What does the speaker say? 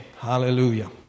Hallelujah